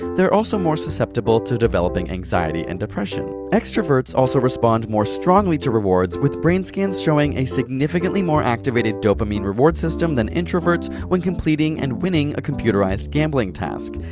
they're also more susceptible to developing anxiety and depression. extroverts also respond more strongly to rewards, with brain scans showing a significantly more activated dopamine reward system than introverts, when completing and winning a computerized gambling task.